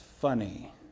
funny